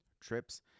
trips